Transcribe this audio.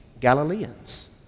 Galileans